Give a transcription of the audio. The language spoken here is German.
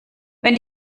wenn